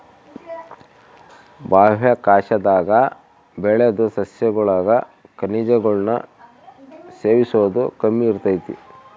ಬಾಹ್ಯಾಕಾಶದಾಗ ಬೆಳುದ್ ಸಸ್ಯಗುಳಾಗ ಖನಿಜಗುಳ್ನ ಸೇವಿಸೋದು ಕಮ್ಮಿ ಇರ್ತತೆ